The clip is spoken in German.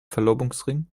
verlobungsring